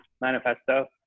manifesto